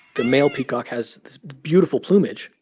the male peacock has this beautiful plumage,